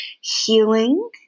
healing